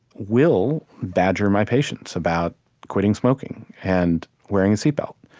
will badger my patients about quitting smoking and wearing a seatbelt,